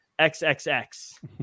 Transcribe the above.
XXX